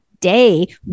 day